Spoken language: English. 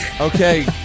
Okay